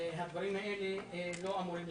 והדברים הללו לא אמורים להתרחש.